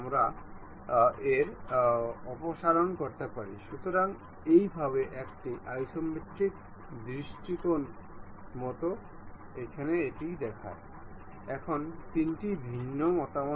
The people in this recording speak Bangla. আমরা এটি অন্য কোনও জিওমেট্রি তে পরীক্ষা করব